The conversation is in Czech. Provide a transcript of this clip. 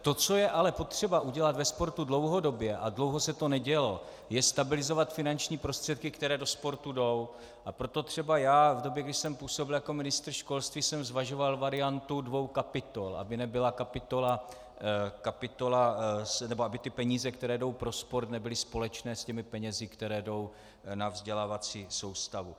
To, co je ale potřeba udělat ve sportu dlouhodobě a dlouho se to nedělo, je stabilizovat finanční prostředky, které do sportu jdou, a proto třeba já v době, kdy jsem působil jako ministr školství, jsem zvažoval variantu dvou kapitol, aby peníze, které jdou pro sport, nebyly společné s penězi, které jdou na vzdělávací soustavu.